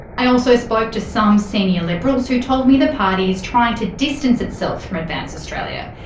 i also spoke to some senior liberals who told me the party is trying to distance itself from advance australia.